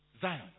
Zion